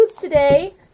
Today